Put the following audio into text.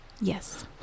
yes